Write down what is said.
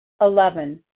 Eleven